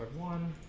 one